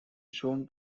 shown